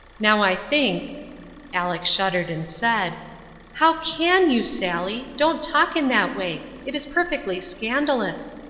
now, i think aleck shuddered, and said how can you, sally! don't talk in that way, it is perfectly scandalous.